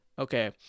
Okay